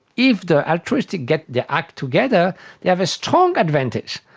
if the altruistic get their act together they have a strong advantage.